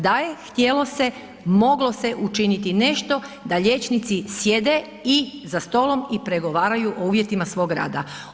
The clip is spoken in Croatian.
Da je htjelo se, moglo se učiniti nešto da liječnici sjede i za stolom i pregovaraju o uvjetima svoga rada.